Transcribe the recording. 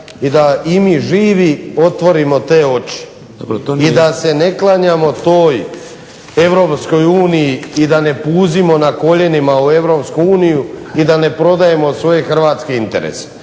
i da mi živi otvorimo te oči. I da se ne klanjamo toj Europskoj uniji i da ne puzimo na koljenima u Europsku uniju i da ne prodajemo svoje hrvatske interese.